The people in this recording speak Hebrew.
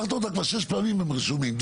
כבר שש פעמים הם רשומים.